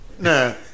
no